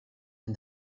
and